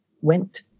went